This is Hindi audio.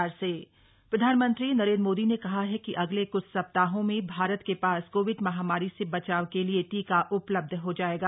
पीएम सर्वदलीय बैठक प्रधानमंत्री नरेन्द्र मोदी ने कहा है कि अगले क्छ सप्ताहों में भारत के पास कोविड माहामारी से बचाव के लिए टीका उपलब्ध हो जायेगा